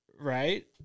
right